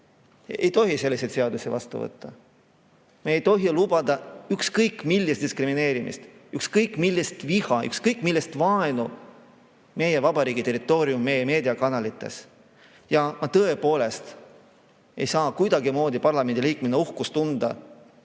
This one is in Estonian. Ei tohi selliseid seadusi vastu võtta. Me ei tohi lubada ükskõik millist diskrimineerimist, ükskõik millist viha, ükskõik millist vaenu meie vabariigi territooriumil, meie meediakanalites. Ja ma tõepoolest ei saa parlamendiliikmena uhkust tunda,